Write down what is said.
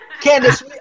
Candace